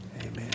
Amen